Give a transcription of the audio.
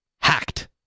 hacked